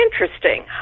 interesting